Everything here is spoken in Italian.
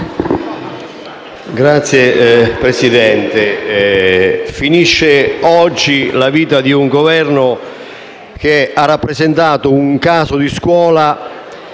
Signor Presidente, finisce oggi la vita di un Governo che ha rappresentato un caso di scuola